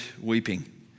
weeping